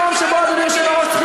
חברת הכנסת מרב מיכאלי, גם אותך